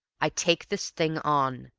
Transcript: i take this thing on.